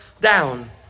down